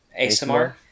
ASMR